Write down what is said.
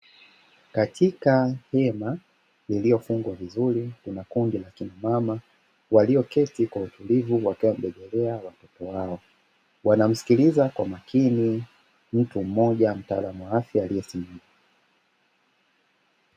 Katika hema iliyofungwa vizuri kuna kundi la kina mama, walioketi kwa utulivu wakiwabebelea watoto wao, wanamsikiliza kwa makini mtu mmoja mtaalamu wa afya aliyesimama.